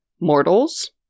mortals